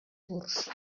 curs